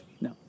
no